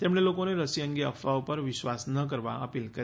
તેમણે લોકોને રસી અંગે અફવાઓ પર વિશ્વાસ ન કરવા અપીલ કરી